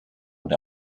und